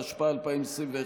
התשפ"א 2021,